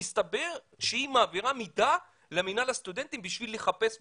מסתבר שהיא מעבירה מידע למינהל הסטודנטים בשביל לחפש ולבדוק.